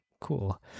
cool